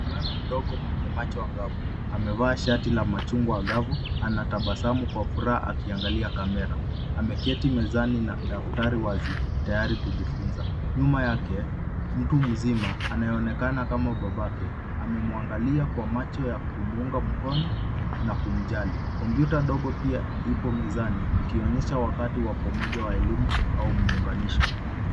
Mvulana mdogo mwenye macho angavu. Amevaa shati ya machungwa angavu, anatabasamu kwa furaha akiangalia kamera. Ameketi mezani na daftari wazi tayari kujifunza. Nyuma yake mtu mzima anayeonekana kama babake amemuangalia kwa macho ya kumuunga mkono na kumjali. Kompyuta ndogo pia ipo mezani ikionyesha wakati wa pamoja wa elimu au muunganisho.